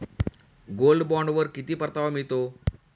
Gold बॉण्डवर किती परतावा मिळतो?